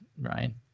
Ryan